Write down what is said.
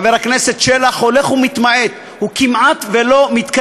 חבר הכנסת שלח, הולך ומתמעט.